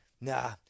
nah